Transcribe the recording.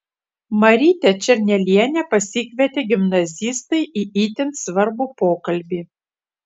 marytę černelienę pasikvietė gimnazistai į itin svarbų pokalbį